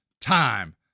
time